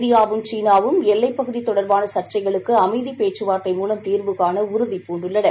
இந்தியாவும் சீனாவும் எல்வைப் பகுதி தொடர்பான சர்சசைகளுக்கு அமைதிப் பேச்சு வார்த்தை மூலம் தீர்வு காண உறுதிப் பூண்டுள்ளன